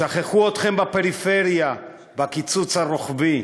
שכחו אתכם בפריפריה בקיצוץ הרוחבי,